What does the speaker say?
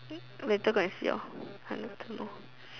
later go and see lor I don't know